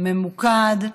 ממוקד,